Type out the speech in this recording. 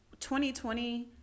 2020